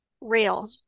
real